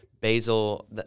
Basil